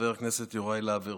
חבר הכנסת יוראי להב הרצנו,